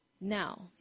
Now